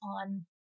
on